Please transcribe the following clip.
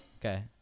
Okay